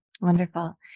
wonderful